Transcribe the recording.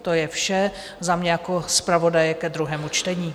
To je vše za mě jako zpravodaje ke druhému čtení.